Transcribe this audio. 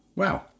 Wow